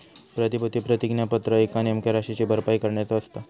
प्रतिभूती प्रतिज्ञापत्र एका नेमक्या राशीची भरपाई करण्याचो असता